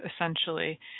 essentially